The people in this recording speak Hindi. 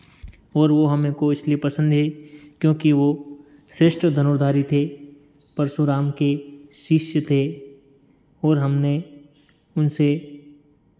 और वो हमको इसलिए पसंद है क्योंकि वो श्रेष्ठ धनुर्धारी थे परशुराम के शिष्य थे और हमने उनसे